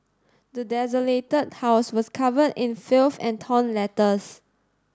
the desolated house was covered in filth and torn letters